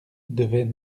devaient